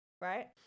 right